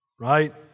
right